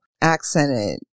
accented